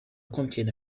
contiene